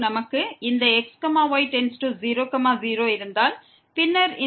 நமக்கு இந்த x y→0 0 இருந்தால் பின்னர் இந்த x2y2tan xy இருக்கும்